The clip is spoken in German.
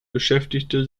beschäftigte